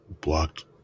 blocked